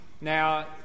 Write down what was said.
Now